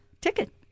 ticket